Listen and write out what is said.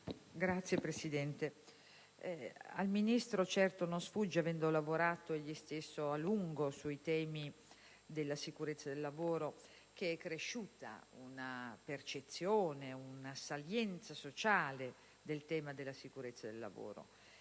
Signor Presidente, al Ministro certo non sfugge, avendo lavorato egli stesso a lungo sui temi della sicurezza del lavoro, che è cresciuta una percezione, una salienza sociale, in ordine a questo tema.